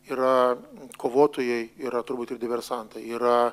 yra kovotojai yra turbūt ir diversantai yra